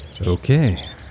Okay